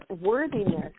worthiness